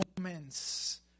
moments